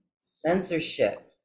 censorship